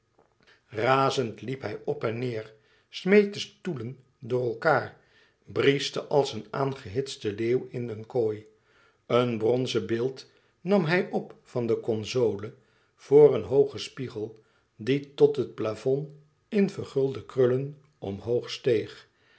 razend liep hij op en neêr smeet de stoelen door elkaâr brieschte als een aangehitste leeuw in een kooi een bronzen beeld nam hij op van de console voor een hoogen spiegel die tot het plafond in vergulde krullen omhoog steeg